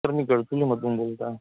sir मी मधून बोलत आहे